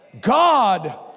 God